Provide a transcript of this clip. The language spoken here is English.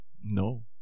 No